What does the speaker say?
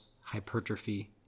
hypertrophy